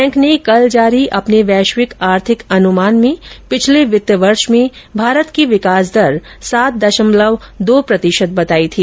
bank ने कल जारी अपने वैश्विक आर्थिक अनुमान में पिछले वित्त वर्ष में भारत की विकास दर सात दशमलव दो प्रतिशत बताई थी